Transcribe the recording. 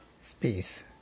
space